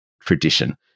tradition